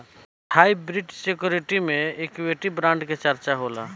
hybrid security में equity bond के चर्चा होला